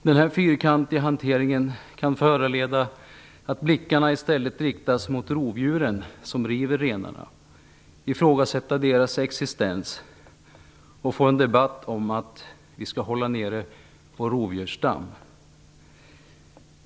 Den här fyrkantiga hanteringen kan föranleda att blickarna i stället riktas mot rovdjuren som river renarna, att deras existens ifrågasätts och att det uppstår en debatt om att vi skall hålla nere vår rovdjursstam.